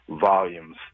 volumes